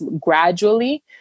gradually